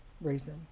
reason